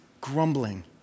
grumbling